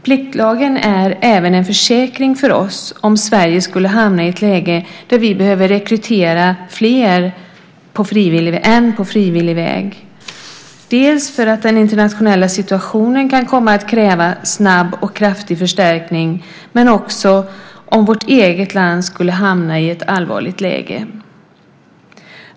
Pliktlagen är även en försäkring för oss om Sverige skulle hamna i ett läge där vi behöver rekrytera fler än på frivillig väg, dels för att den internationella situationen kan komma att kräva snabb och kraftig förstärkning, dels om vårt eget land skulle hamna i ett allvarligt läge.